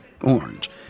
orange